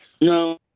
No